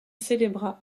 célébra